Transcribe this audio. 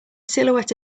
silhouette